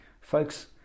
Folks